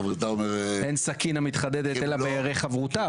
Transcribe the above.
אין סכין המתחדדת אלא בירך חבירתה,